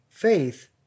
Faith